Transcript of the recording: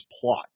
plot